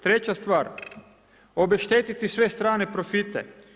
Treća stvar, obeštetiti sve strane profite.